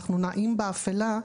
אנחנו נעים באפילה,